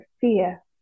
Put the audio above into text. fear